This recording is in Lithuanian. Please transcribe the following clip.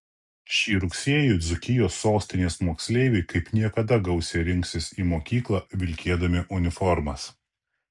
šį rugsėjį dzūkijos sostinės moksleiviai kaip niekada gausiai rinksis į mokyklą vilkėdami uniformas